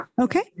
Okay